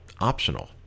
optional